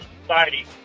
society